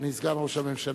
אדוני סגן ראש הממשלה,